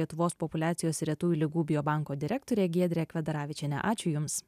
lietuvos populiacijos ir retųjų ligų biobanko direktorė giedrė kvedaravičienė ačiū jums